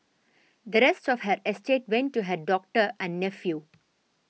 the rest of her estate went to her doctor and nephew